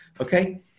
Okay